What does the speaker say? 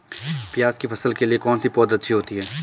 प्याज़ की फसल के लिए कौनसी पौद अच्छी होती है?